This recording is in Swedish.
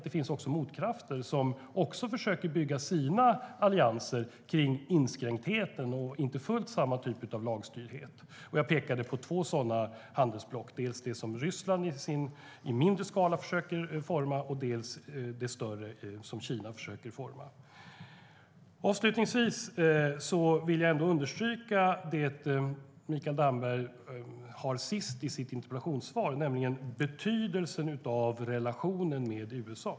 Det finns även motkrafter som försöker bygga allianser kring inskränkthet och inte fullt samma typ av lagstyrdhet. Jag pekade på två sådana handelsblock, dels det som Ryssland försöker forma i mindre skala, dels det större som Kina försöker forma. Avslutningsvis vill jag understryka det som Mikael Damberg sa sist i sitt interpellationssvar, nämligen betydelsen av relationen med USA.